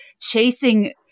chasing